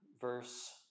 verse